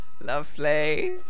Lovely